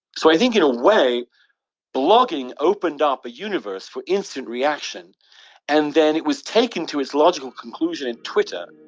so i think in a way blogging opened up a universe for instant reaction and then it was taken to its logical conclusion and twitter